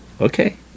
Okay